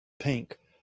pink